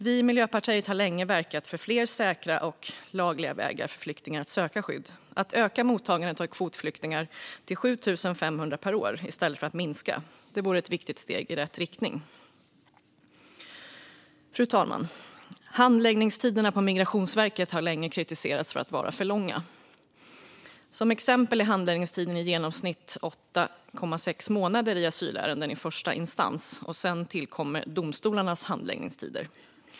Vi i Miljöpartiet har länge verkat för fler säkra och lagliga vägar för flyktingar att söka skydd. Att öka mottagandet av kvotflyktingar till 7 500 per år i stället för att minska vore ett viktigt steg i rätt riktning. Fru talman! Handläggningstiderna på Migrationsverket har länge kritiserats för att vara för långa. Till exempel är handläggningstiden igenomsnitt 8,6 månader i asylärenden i första instans. Sedan tillkommer domstolarnas handläggningstider.